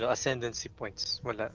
ah sender and supports what